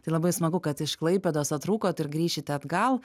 tai labai smagu kad iš klaipėdos atrūkot ir grįšite atgal